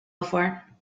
before